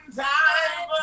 time